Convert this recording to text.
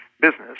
business